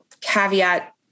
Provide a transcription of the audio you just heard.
caveat